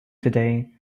today